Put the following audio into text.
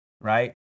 right